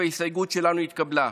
וההסתייגות שלנו התקבלה.